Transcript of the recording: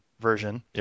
version